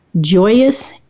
Joyous